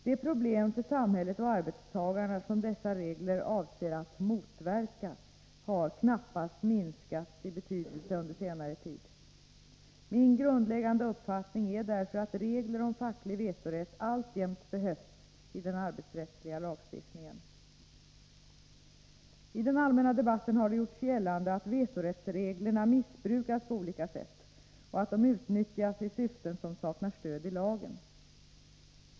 Det problem för samhället och arbetstagarna som dessa regler avser att motverka har knappast minskat i betydelse under senare tid. Min grundläggande uppfattning är därför att regler om facklig vetorätt alltjämt behövs i den arbetsrättsliga lagstiftningen. I den allmänna debatten har det gjorts gällande att vetorättsreglerna missbrukas på olika sätt och att de utnyttjas i syften som saknar stöd i lagen.